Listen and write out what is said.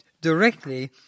directly